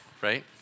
right